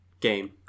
Game